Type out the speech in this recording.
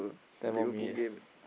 ten more minuets